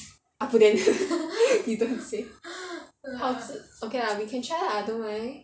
abuden you don't say okay lah we can try lah I don't mind